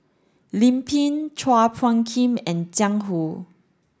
Lim Pin Chua Phung Kim and Jiang Hu